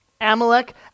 Amalek